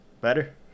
Better